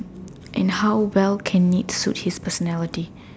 and how well can it suit his personality